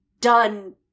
done